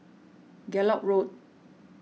Gallop Road